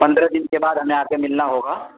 پندرہ دن کے بعد ہمیں آ کے ملنا ہوگا